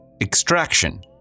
Extraction